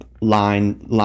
line